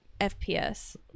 FPS